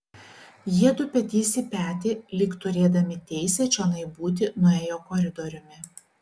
jiedu petys į petį lyg turėdami teisę čionai būti nuėjo koridoriumi